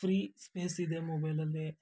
free space ಇದೆ ಮೊಬೈಲಲ್ಲಿ